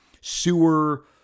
sewer